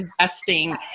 Investing